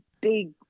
big